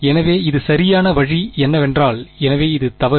எனவே இது சரியான வழி என்னவென்றால் எனவே இது தவறு